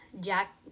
Jack